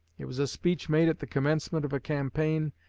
it was a speech made at the commencement of a campaign,